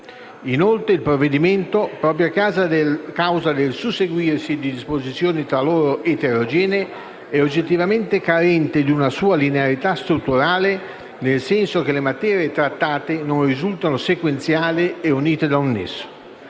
Inoltre, il provvedimento, proprio a causa del susseguirsi di disposizioni tra loro eterogenee, è oggettivamente carente di una sua linearità strutturale, nel senso che le materie trattate non risultano sequenziali e unite da un nesso.